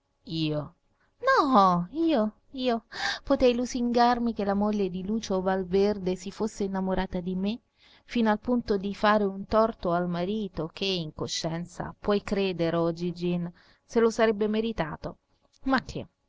io no io io potei lusingarmi che la moglie di lucio valverde si fosse innamorata di me fino al punto di fare un torto al marito che in coscienza puoi crederlo gingin se lo sarebbe meritato ma che